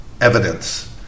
evidence